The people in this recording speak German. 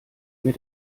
mir